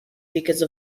because